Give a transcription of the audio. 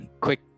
quick